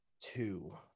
two